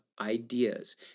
ideas